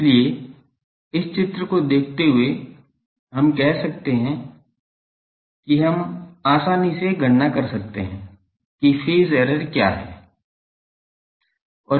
इसलिए इस चित्र को देखते हुए हम कह सकते हैं कि हम आसानी से गणना कर सकते हैं कि फेज एरर क्या है